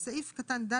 סעיף קטן (ג)